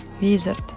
Wizard